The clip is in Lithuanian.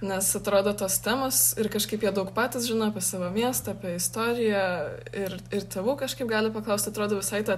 nes atrodo tos temos ir kažkaip jie daug patys žino apie savo miestą apie istoriją ir ir tėvų kažkaip gali paklausti atrodo visai ta